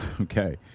Okay